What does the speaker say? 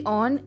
on